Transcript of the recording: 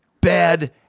bad